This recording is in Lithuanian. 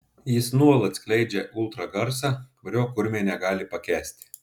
jis nuolat skleidžia ultragarsą kurio kurmiai negali pakęsti